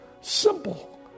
simple